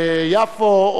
ביפו,